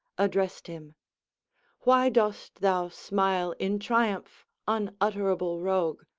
addressed him why dost thou smile in triumph, unutterable rogue?